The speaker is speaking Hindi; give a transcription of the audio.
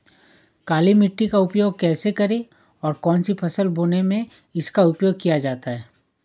काली मिट्टी का उपयोग कैसे करें और कौन सी फसल बोने में इसका उपयोग किया जाता है?